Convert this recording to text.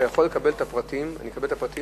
אתה יכול לקבל את הפרטים שלך